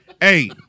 hey